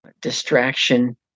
distraction